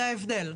זה ההבדל.